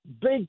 Big